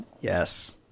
yes